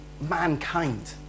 mankind